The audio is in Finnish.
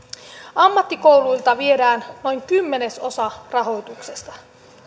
ammattikouluilta viedään noin kymmenesosa rahoituksesta